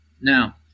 Now